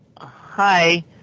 Hi